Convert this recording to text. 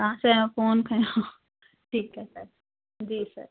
तव्हां असांजो फ़ोन खंयो ठीकु आहे सर जी सर